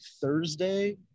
Thursday